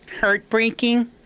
Heartbreaking